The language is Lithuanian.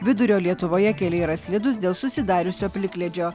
vidurio lietuvoje keliai yra slidūs dėl susidariusio plikledžio